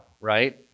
right